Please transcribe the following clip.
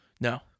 No